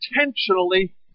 intentionally